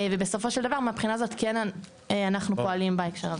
ובסופו של דבר מהבחינה הזאת כן אנחנו פועלים בהקשר הזה.